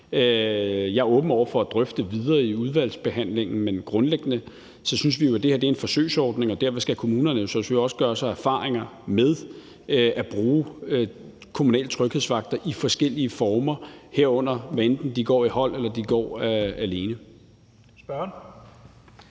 Jeg er åben over for at drøfte det videre i udvalgsbehandlingen, men grundlæggende synes vi jo, at det her er en forsøgsordning, og derfor skal kommunerne jo selvfølgelig også gøre sig erfaringer med at bruge kommunale tryghedsvagter i forskellige former, hvad enten de går i hold eller går alene.